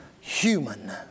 human